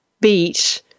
beat